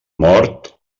mort